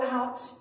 out